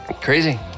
Crazy